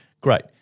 great